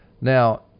Now